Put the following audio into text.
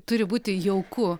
turi būti jauku